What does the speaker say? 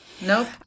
nope